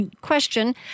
question